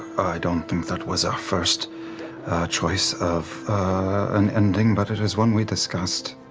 don't think that was our first choice of an ending, but it is one we discussed.